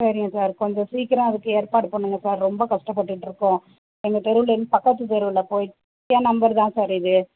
சரிங்க சார் கொஞ்சம் சீக்கிரோம் அதுக்கு ஏற்பாடு பண்ணுங்க சார் ரொம்ப கஷ்டப்பட்டுட்ருக்கோம் எங்கள் தெருலேருந்து பக்கத்து தெருவில் போய் என் நம்பர் தான் சார் இது